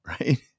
right